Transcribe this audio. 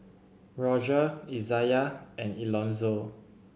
Roger Izayah and Elonzo